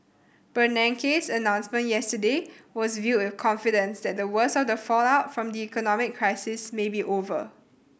Bernanke's announcement yesterday was viewed with confidence that the worst of the fallout from the economic crisis may be over